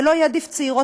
ולא יעדיף צעירות